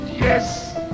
Yes